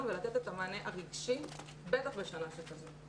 ולתת את המענה הרגשי בטח בשנה שכזו.